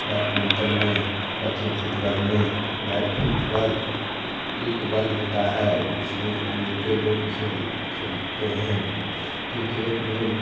बैटमिंटनमे अथी फुटबॉलमे bat football एक बॉल होता है उसमे अनेको लोग खेल खेलते है क्रिकेटमे